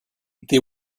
this